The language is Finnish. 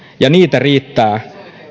ja niitä riittää